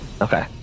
Okay